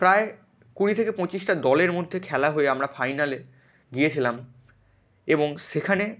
প্রায় কুড়ি থেকে পঁচিশটা দলের মধ্যে খেলা হয়ে আমরা ফাইনালে গিয়েছিলাম এবং সেখানে